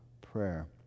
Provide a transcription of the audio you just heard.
prayer